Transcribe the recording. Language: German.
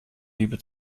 liebe